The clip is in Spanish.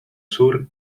sur